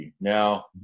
Now